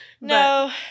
no